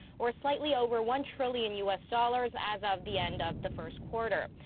or slightly over one-trillion u s. dollars. as of the end of the first quarter.